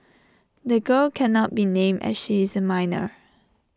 the girl cannot be named as she is A minor